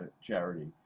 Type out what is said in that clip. charity